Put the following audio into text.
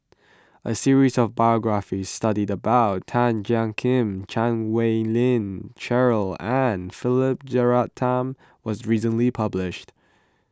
a series of biographies study about Tan Jiak Kim Chan Wei Ling Cheryl and Philip Jeyaretnam was recently published